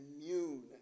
immune